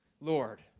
Lord